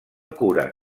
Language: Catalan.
cura